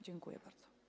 Dziękuję bardzo.